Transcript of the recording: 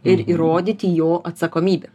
ir įrodyti jo atsakomybę